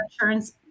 insurance